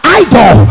idol